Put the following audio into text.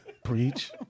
Preach